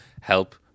help